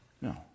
No